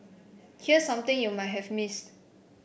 here's something you might have missed